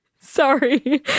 Sorry